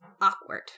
awkward